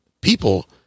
People